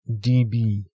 dB